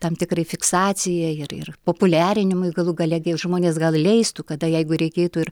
tam tikrai fiksacijai ir ir populiarinimui galų gale gi žmonės gal leistų kada jeigu reikėtų ir